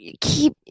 keep